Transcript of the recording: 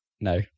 No